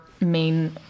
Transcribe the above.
main